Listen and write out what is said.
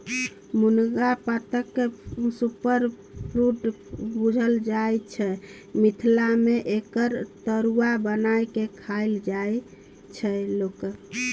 मुनगा पातकेँ सुपरफुड बुझल जाइ छै मिथिला मे एकर तरुआ बना कए खाइ छै लोक